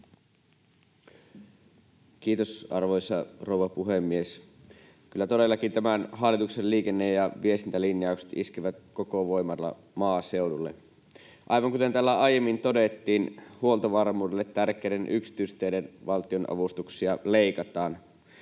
Kiitos, arvoisa rouva puhemies! Kyllä todellakin tämän hallituksen liikenne- ja viestintälinjaukset iskevät koko voimalla maaseudulle. Aivan kuten täällä aiemmin todettiin, huoltovarmuudelle tärkeiden yksityisteiden valtionavustuksia leikataan.